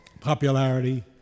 popularity